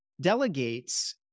delegates